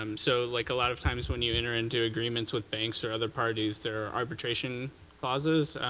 um so like a lot of times when you enter into agreements with banks or other parties, there are arbitration clauses.